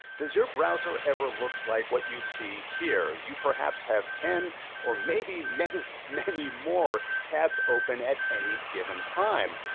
does your browser ever look like what you see here? you perhaps have ten or maybe many, many, more tabs open at any given time.